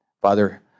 Father